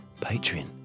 Patreon